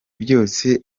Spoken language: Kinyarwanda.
byose